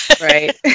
Right